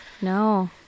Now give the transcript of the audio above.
No